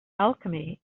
alchemy